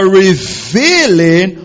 revealing